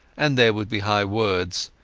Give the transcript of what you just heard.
and there would be high words.